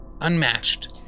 unmatched